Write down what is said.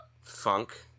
funk